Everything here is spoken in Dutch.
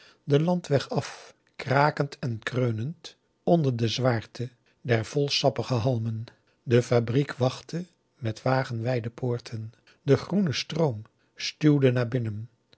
den landweg af krakend en kreunend onder de zwaarte der volsappige halmen de fabriek wachtte met wagenwijde poorten de groene stroom stuwde naar binnen